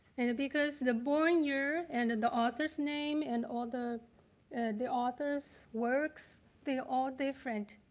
and because the born year and and the author's name and all the the author's works, they all different,